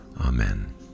Amen